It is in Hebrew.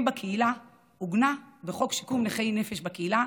בקהילה עוגנה בחוק שיקום נכי נפש בקהילה